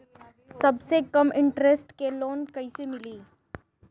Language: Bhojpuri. सबसे कम इन्टरेस्ट के लोन कइसे मिली?